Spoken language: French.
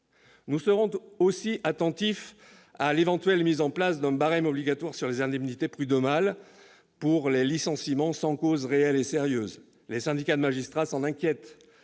Nous serons aussi attentifs à l'éventuelle mise en place d'un barème obligatoire pour le calcul des indemnités prud'homales en cas de licenciement sans cause réelle et sérieuse. Les syndicats de magistrats s'en inquiètent